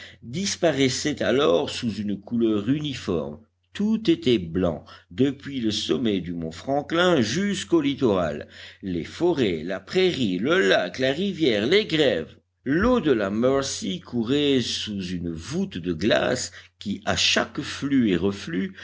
disparaissaient alors sous une couleur uniforme tout était blanc depuis le sommet du mont franklin jusqu'au littoral les forêts la prairie le lac la rivière les grèves l'eau de la mercy courait sous une voûte de glace qui à chaque flux et reflux